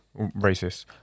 racist